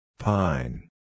Pine